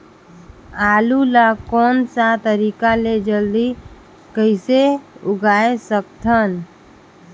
आलू ला कोन सा तरीका ले जल्दी कइसे उगाय सकथन?